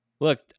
Look